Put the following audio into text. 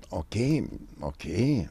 okey okey